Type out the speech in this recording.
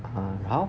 err how